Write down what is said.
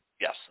Yes